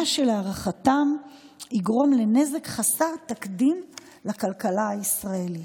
מה שלהערכתם יגרום לנזק חסר תקדים לכלכלה הישראלית.